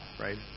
right